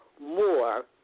more